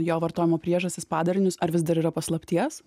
jo vartojimo priežastis padarinius ar vis dar yra paslapties